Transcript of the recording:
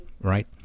right